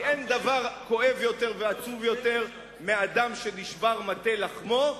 כי אין דבר כואב יותר ועצוב יותר מאדם שנשבר מטה לחמו,